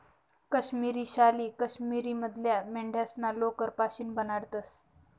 काश्मिरी शाली काश्मीर मधल्या मेंढ्यास्ना लोकर पाशीन बनाडतंस